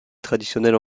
traditionnelle